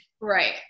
Right